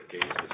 cases